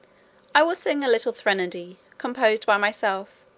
i will sing a little threnody composed by myself,